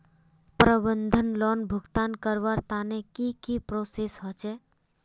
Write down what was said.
प्रबंधन लोन भुगतान करवार तने की की प्रोसेस होचे?